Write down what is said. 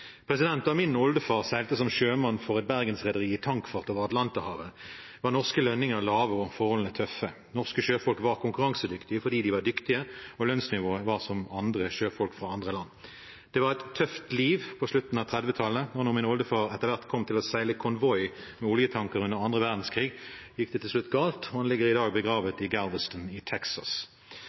Da min oldefar seilte som sjømann for et Bergens-rederi i tankfart over Atlanterhavet, var norske lønninger lave og forholdene tøffe. Norske sjøfolk var konkurransedyktige fordi de var dyktige, og lønnsnivået var som for sjøfolk fra andre land. Det var et tøft liv på slutten av 1930-tallet, og da min oldefar etter hvert kom til å seile konvoi med oljetankere under den andre verdenskrigen, gikk det til slutt galt, og han ligger i dag begravet i Galveston i Texas.